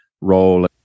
role